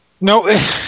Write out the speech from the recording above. No